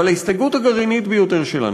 אבל ההסתייגות הגרעינית ביותר שלנו,